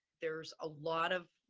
there's a lot of,